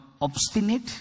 obstinate